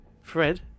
fred